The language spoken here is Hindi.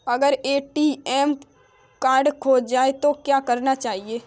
अगर ए.टी.एम कार्ड खो जाए तो क्या करना चाहिए?